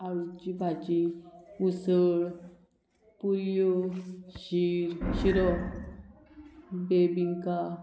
आळूची भाजी उसळ पुरयो शीर शिरो बेबिंका